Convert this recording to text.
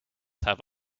have